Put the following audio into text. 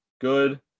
good